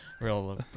Real